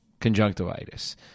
conjunctivitis